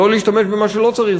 לא להשתמש במה שלא צריך,